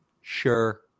Sure